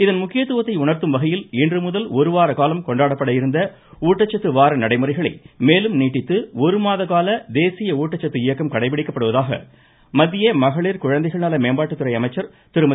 இதன் முக்கியத்துவத்தை உணர்த்தும் வகையில் இன்றுமுதல் ஒருவார காலம் கொண்டாடப்பட இருந்த ஊட்டச்சத்து வார நடைமுறைகளை மேலும் நீட்டித்து ஒருமாத கால தேசிய ஊட்டச்சத்து இயக்கம் கடைப்பிடிக்கப்படுவதாக மத்திய மகளிர் குழந்தைகள் நல மேம்பாட்டுத்துறை அமைச்சர் திருமதி